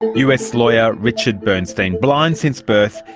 us lawyer richard bernstein, blind since birth,